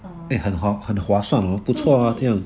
err 对对